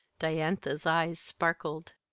diantha's eyes sparkled.